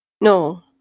No